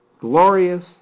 glorious